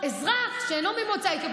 אזרח שאינו ממוצא אתיופי,